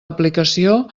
aplicació